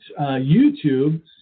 YouTube